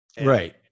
Right